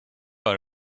are